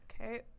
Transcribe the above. okay